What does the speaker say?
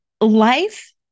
Life